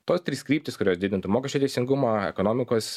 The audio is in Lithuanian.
tos trys kryptys kurios didintų mokesčių teisingumo ekonomikos